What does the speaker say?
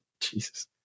Jesus